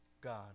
God